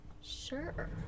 Sure